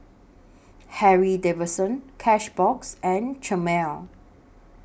Harley Davidson Cashbox and Chomel